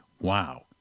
Wow